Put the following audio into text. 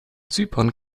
zypern